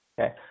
Okay